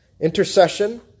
Intercession